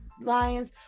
Lions